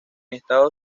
estado